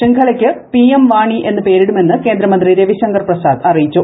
ശൃംഖലയ്ക്ക് P M Wani എന്ന് പേരിടും എന്ന് കേന്ദ്രമന്ത്രി രവിശങ്കർ പ്രസാദ് അറിയിച്ചു